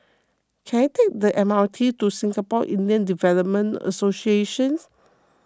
can I take the M R T to Singapore Indian Development Association